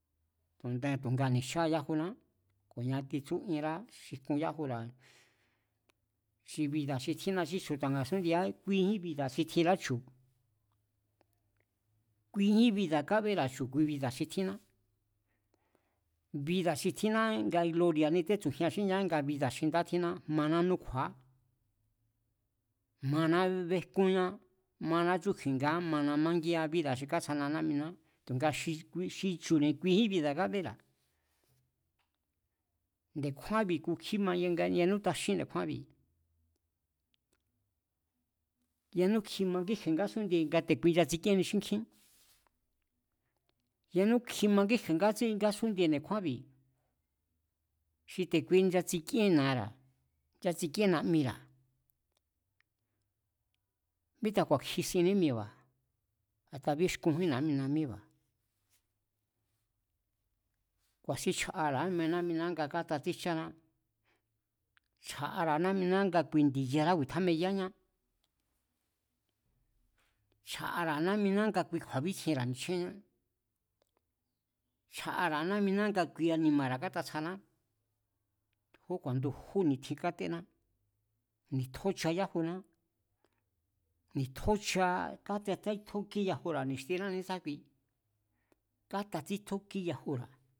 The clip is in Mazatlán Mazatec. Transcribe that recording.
Tu̱nga ni̱jcháña yajuná ku̱nia titsú ienra xi jkun yajura̱. Xi bida̱ xi tjínna xí chju̱ta̱ nga̱sún'ndieñá kuijín bida̱ xi tjinrá chu̱, kuijín bida̱ kábéra̱ chu̱ kui bida̱ xi tjínná. Bida̱ xi tjínná nga glori̱a̱ni tétsu̱jian xí ñá nga bida̱ xi nda tjínná, maná núkju̱a̱á, maná béjkúán, maná chúkji̱ngaá, mana mángia bída̱ xi kátsjana ná'miná, tu̱nga xi chu̱ne̱ kuijín bida̱ kabera̱. Nde̱kjúánbi̱, ku kjíma yanú taxín nde̱kjúánbi̱, yanú kjima kíkje̱e ngasún'ndie nga te̱kui nchatsikíénni xínkjín, yanú kjima kíkje̱ ngasún'ndie nde̱kjúánbi̱ xi te̱ kui nchatsikíen na̱ara̱, nchatsikíén na̱mira̱, míta ku̱a̱ kji sinní mi̱e̱ba̱, a̱ta bíéxkunjín na̱'mina míéba̱, ku̱a̱sín chja̱'ara̱a nu na'mina nga kátatsíjcháná, chja̱'ara̱a na̱'miná nga ndi̱yará ku̱i̱tjameyáñá, chja̱'ara̱a ná'mina nga kui kju̱a̱bítsjienra̱ ni̱chjenñá, chja̱'ara̱a na̱'mina nga kui anima̱ra̱ kátatsjana tu̱úku̱a̱n ndujú ni̱tjin káténá, ni̱tjóchaña yájuna, katatsítjókíé yajura̱ ni̱xtiná ne̱esákui, kátatsítjókie yajura̱.